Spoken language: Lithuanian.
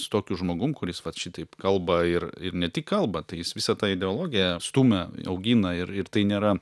su tokiu žmogum kuris vat šitaip kalba ir ir ne tik kalba tai jis visą tą ideologiją stumia augina ir ir tai nėra